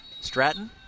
Stratton